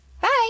Bye